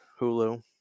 hulu